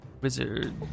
wizard